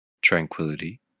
tranquility